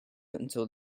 until